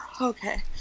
Okay